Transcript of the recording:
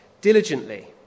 diligently